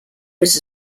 was